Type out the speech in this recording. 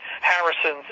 Harrisons